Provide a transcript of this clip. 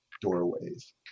doorways